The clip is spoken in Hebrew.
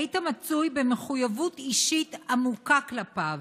היית מצוי במחויבות אישית עמוקה כלפיו,